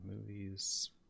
Movies